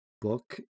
book